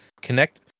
connect